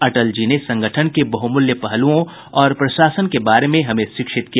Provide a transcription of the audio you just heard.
अटल जी ने संगठन के बहुमूल्य पहलुओं और प्रशासन के बारे में हमें शिक्षित किया